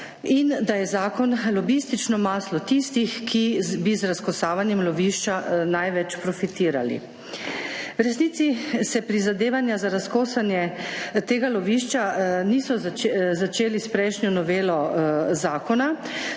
in da je zakon lobistično maslo tistih, ki bi z razkosavanjem lovišča največ profitirali. V resnici se prizadevanja za razkosanje tega lovišča niso začeli s prejšnjo novelo zakona.